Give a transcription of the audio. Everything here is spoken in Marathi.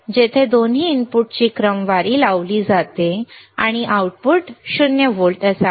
जेथे दोन्ही इनपुटची क्रमवारी लावली जाते आणि आउटपुट 0 व्होल्ट असावे